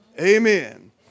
Amen